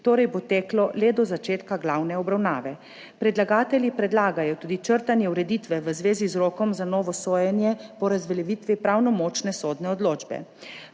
torej bo teklo le do začetka glavne obravnave. Predlagatelji predlagajo tudi črtanje ureditve v zvezi z rokom za novo sojenje po razveljavitvi pravnomočne sodne odločbe.